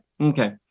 okay